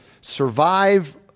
survive